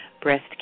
Breast